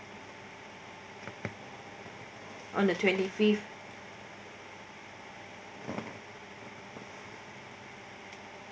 on the twenty fifth